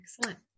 Excellent